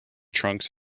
trunks